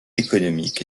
économique